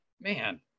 man